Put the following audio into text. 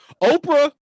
oprah